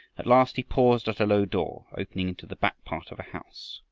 at last he paused at a low door opening into the back part of a house.